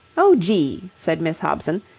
oh, gee! said miss hobson,